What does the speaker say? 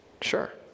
Sure